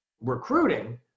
recruiting